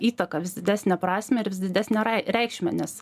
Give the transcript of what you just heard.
įtaką vis didesnę prasmę ir vis didesnę reikšmę nes